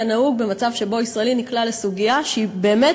כנהוג במצב שבו ישראלי נקלע לסוגיה שהיא באמת